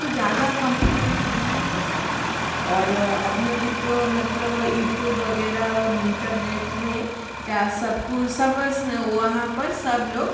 तो ज़्यादा कम्पुटर में कुछ नहीं कर सकते और अभी अभी तो मतलब यूट्यूब वगैरह निनटनेट में जा सबकुछ सब बस वहाँ पर सब लोग